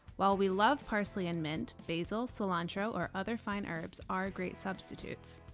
while we love parsley and mint, basil, cilantro or other fine herbs are great substitutes.